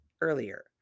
earlier